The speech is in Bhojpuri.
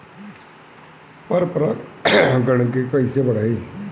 पर परा गण के कईसे बढ़ाई?